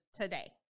today